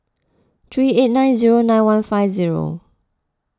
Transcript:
three eight nine zero nine one five zero